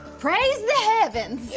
praise the heavens.